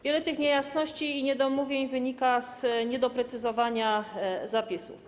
Wiele tych niejasności i niedomówień wynika z niedoprecyzowania zapisów.